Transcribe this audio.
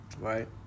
Right